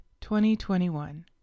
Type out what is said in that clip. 2021